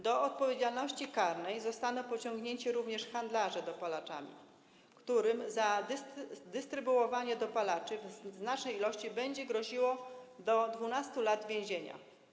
Do odpowiedzialności karnej zostaną pociągnięci również handlarze dopalaczami, którym za dystrybuowanie dopalaczy w znacznej ilości będzie groziło do 12 lat więzienia.